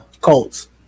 Colts